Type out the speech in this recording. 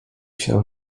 się